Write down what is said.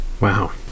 Wow